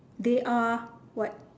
they are what